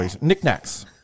knickknacks